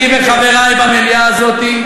אני וחברי במליאה הזאת,